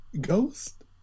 ghost